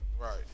Right